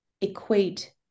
equate